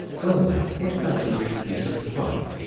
well now, what about a little peace and quiet?